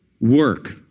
work